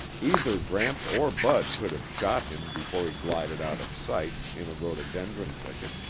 either gramps or bud could have shot him before he glided out of sight in a rhododendron thicket.